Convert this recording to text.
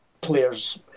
players